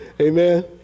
Amen